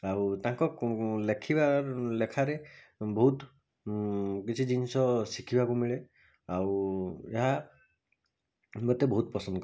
ଆଉ ତାଙ୍କ ଲେଖିବା ଲେଖାରେ ବହୁତ କିଛି ଜିନିଷ ଶିଖିବାକୁ ମିଳେ ଆଉ ଏହା ମୋତେ ବହୁତ ପସନ୍ଦକରେ